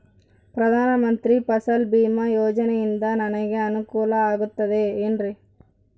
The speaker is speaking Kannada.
ಪ್ರಧಾನ ಮಂತ್ರಿ ಫಸಲ್ ಭೇಮಾ ಯೋಜನೆಯಿಂದ ನನಗೆ ಅನುಕೂಲ ಆಗುತ್ತದೆ ಎನ್ರಿ?